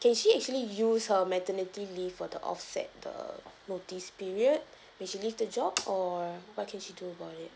can she actually use her maternity leave for the offset the notice period when she leave the job or what can she do about it